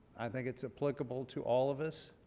i think it's applicable to all of us.